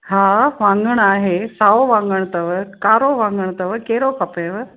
हा वाङणु आहे साओ वाङणु अथव कारो वाङणु अथव कहिड़ो खपेव